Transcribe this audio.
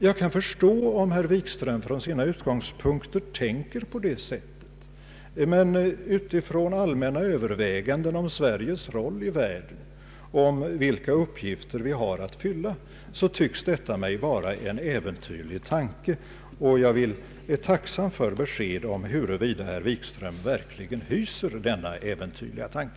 Jag kan förstå, om herr Wikström från sina utgångspunkter tänker på det sättet, men utifrån allmänna överväganden om Sveriges roll i världen och om vilka uppgifter vi har att fylla, synes det mig vara en äventyrlig tanke, och jag är tacksam för besked huruvida herr Wikström verkligen hyser denna äventyrliga tanke.